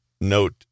Note